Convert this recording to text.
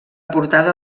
portada